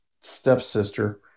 stepsister